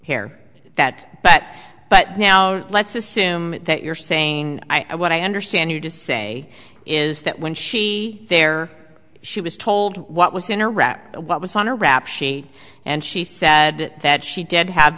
here that bat but now let's assume that you're saying i what i understand you to say is that when she there she was told what was in iraq what was on a rap sheet and she said that she did have